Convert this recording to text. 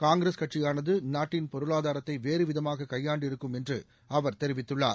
காங்கிரஸ் கட்சியானது நாட்டின் பொருளாதாரத்தை வேறு விதமாக கையாண்டு இருக்கும் என்று அவர் தெரிவித்துள்ளார்